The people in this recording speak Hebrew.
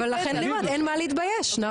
אז לכן אני אומרת, אין מה להתבייש נהפוך הוא.